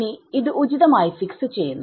ഇനി ഇത് ഉചിതമായി ഫിക്സ് ചെയ്യുന്നു